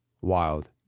wild